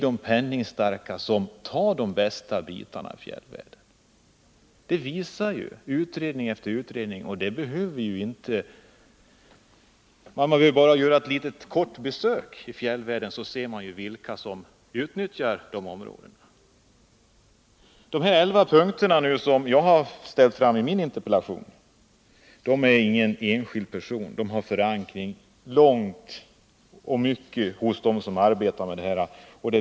De penningstarka tar de bästa bitarna av fjällvärlden. Det 205 visar ju utredning efter utredning. Man behöver bara göra ett kort besök i fjällvärlden, så ser man vilka som utnyttjar de bästa områdena. De elva punkter som jag har tagit upp i min interpellation gäller inga enskilda personer utan har sin förankring hos dem som arbetar med detta.